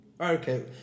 Okay